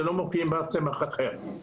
שלא מופיעים בצמח אחר.